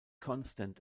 constant